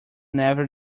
never